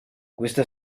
questa